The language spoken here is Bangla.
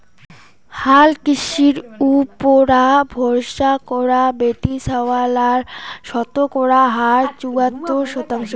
হালকৃষির উপুরা ভরসা করা বেটিছাওয়ালার শতকরা হার চুয়াত্তর শতাংশ